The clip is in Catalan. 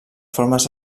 formes